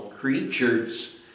Creatures